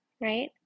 right